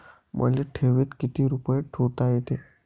मले ठेवीत किती रुपये ठुता येते?